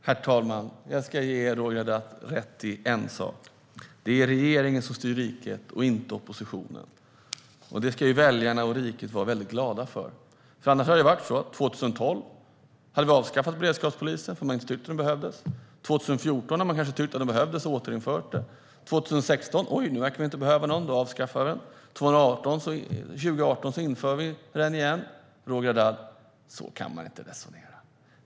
Herr talman! Jag ska ge Roger Haddad rätt i en sak: Det är regeringen som styr riket, inte oppositionen. Det ska väljarna och riket vara väldigt glada för, för annars hade det varit så att beredskapspolisen hade avskaffats 2012 eftersom man inte tyckte att den behövdes. Så hade man kanske tyckt att den behövdes igen 2014 och återinfört den. Oj, 2016, nu verkar vi inte behöva någon, så då avskaffar vi den! Och 2018 inför vi den igen. Roger Haddad, så kan man inte resonera.